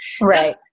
Right